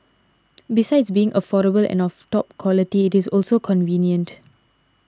besides being affordable and of top quality it is also convenient